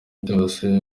byose